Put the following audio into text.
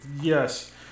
yes